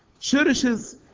cherishes